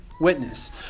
witness